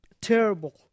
Terrible